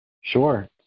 sure